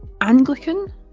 Anglican